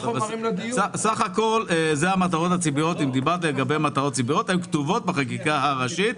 סך הכול אלה מטרות ציבוריות הן כתובות בחקיקה הראשית.